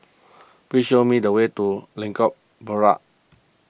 please show me the way to Lengkok Merak